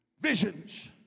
visions